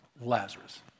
Lazarus